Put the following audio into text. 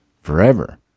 forever